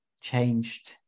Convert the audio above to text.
changed